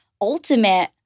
ultimate